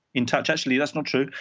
in touch actually that's not true.